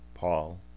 Paul